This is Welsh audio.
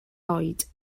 oed